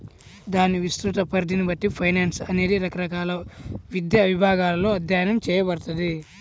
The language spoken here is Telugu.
దాని విస్తృత పరిధిని బట్టి ఫైనాన్స్ అనేది రకరకాల విద్యా విభాగాలలో అధ్యయనం చేయబడతది